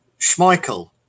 Schmeichel